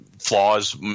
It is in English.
flaws